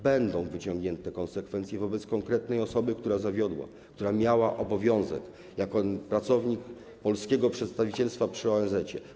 Będą wyciągnięte konsekwencje wobec konkretnej osoby, która zawiodła, która miała obowiązek jako pracownik polskiego przedstawicielstwa przy ONZ.